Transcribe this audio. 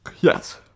Yes